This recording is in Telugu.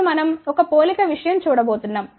ఇప్పుడు మనం ఒక పోలిక విషయం చూడబోతున్నాం